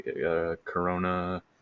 Corona